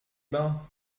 ben